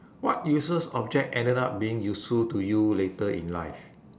what useless object ended up being useful to you later in life